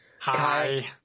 Hi